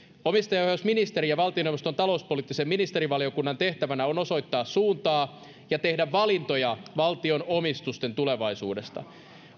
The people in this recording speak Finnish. omistajaohjausministerin ja valtioneuvoston talouspoliittisen ministerivaliokunnan tehtävänä on osoittaa suuntaa ja tehdä valintoja valtion omistusten tulevaisuudesta